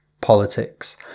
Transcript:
politics